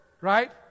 right